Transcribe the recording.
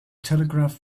telegraph